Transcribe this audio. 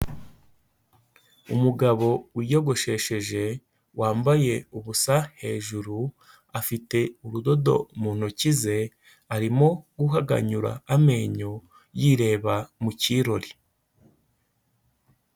Umugabo wiyogoshesheje wambaye ubusa hejuru, afite urudodo mu ntoki ze arimo guhaganyura amenyo yireba mu kirori.